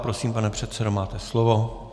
Prosím, pane předsedo, máte slovo.